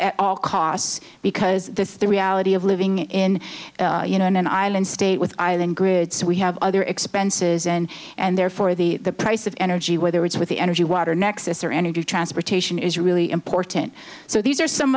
at all costs because this is the reality of living in you know in an island state with island grid so we have other expenses in and therefore the price of energy whether it's with the energy water nexus or energy or transportation is really important so these are some